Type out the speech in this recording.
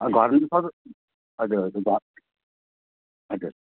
घरमा सब हजुर हजुर घ हजुर